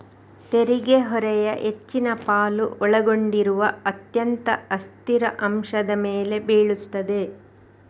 ತೆರಿಗೆ ಹೊರೆಯ ಹೆಚ್ಚಿನ ಪಾಲು ಒಳಗೊಂಡಿರುವ ಅತ್ಯಂತ ಅಸ್ಥಿರ ಅಂಶದ ಮೇಲೆ ಬೀಳುತ್ತದೆ